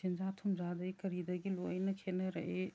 ꯁꯦꯟꯖꯥ ꯊꯨꯝꯖꯥꯗꯒꯤ ꯀꯔꯤꯗꯒꯤ ꯂꯣꯏꯅ ꯈꯦꯠꯅꯔꯛꯏ